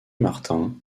martin